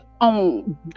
on